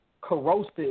corrosive